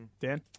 Dan